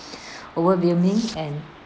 overwhelming and